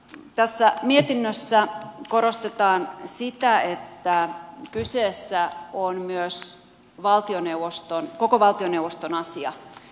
tässä mietinnössä korostetaan sitä että kyseessä on myös koko valtioneuvoston asia